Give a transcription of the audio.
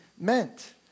meant